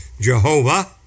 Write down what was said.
Jehovah